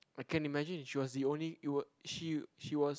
I can imagine she was the only it'd she she was